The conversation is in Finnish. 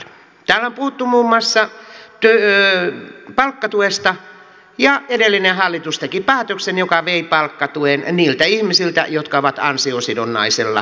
täällä on puhuttu muun muassa palkkatuesta ja edellinen hallitus teki päätöksen joka vei palkkatuen niiltä ihmisiltä jotka ovat ansiosidonnaisella työttömyyskorvauksella